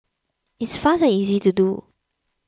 it's fast and easy to do